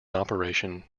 operation